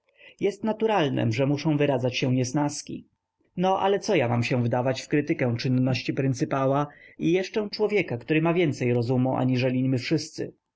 jest naturalnem że muszą wyradzać się niesnaski no ale co ja mam się wdawać w krytykę czynności pryncypała i jeszcze człowieka który ma więcej rozumu aniżeli my wszyscy